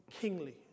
kingly